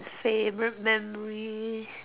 favorite memory